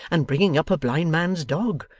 and bringing up a blind man's dog,